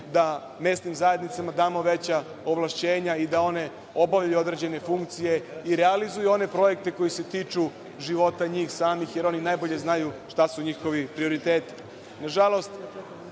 da mesnim zajednicama damo veća ovlašćenja i da one obavljaju određene funkcije i realizuju one projekte koji se tiču života njih samih, jer oni najbolje znaju šta su njihovi prioriteti. Nažalost,